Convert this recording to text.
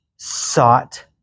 sought